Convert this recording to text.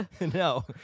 no